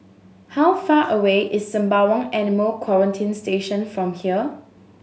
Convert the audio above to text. how far away is Sembawang Animal Quarantine Station from here